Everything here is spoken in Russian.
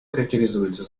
характеризуется